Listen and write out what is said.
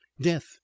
death